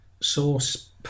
source